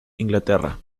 inglaterra